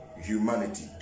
humanity